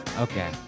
Okay